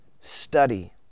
study